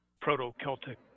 proto-Celtic